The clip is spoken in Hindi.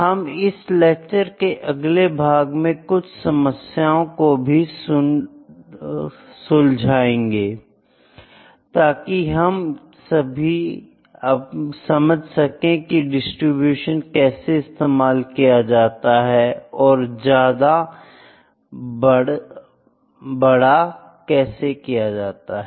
हम इस लेक्चर के अगले भाग में कुछ समस्याओं को भी सुन जाएंगे ताकि हम अपनी समझ को की डिस्ट्रीब्यूशन कैसे इस्तेमाल किए जाते हैं ओर ज्यादा बढ़ा सकें